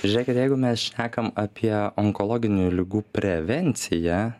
žiūrėkit jeigu mes šnekam apie onkologinių ligų prevenciją